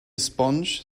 sponge